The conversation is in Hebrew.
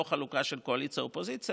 לא חלוקה של קואליציה אופוזיציה,